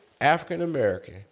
African-American